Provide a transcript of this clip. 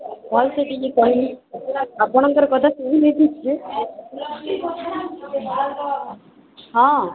ଭଲ ସେ ଟିକେ କହିବେ ଆପଣଙ୍କର କଥା ଶୁଭୁନି ଠିକ୍ ସେ ହଁ